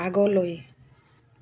আগলৈ